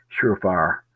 surefire